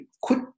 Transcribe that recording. quit